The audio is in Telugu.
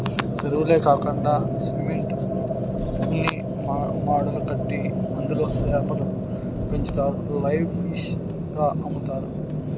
సెరువులే కాకండా సిమెంట్ తూనీమడులు కట్టి అందులో సేపలు పెంచుతారు లైవ్ ఫిష్ గ అమ్ముతారు